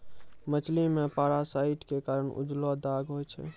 मछली मे पारासाइट क कारण उजलो दाग होय छै